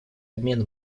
обмен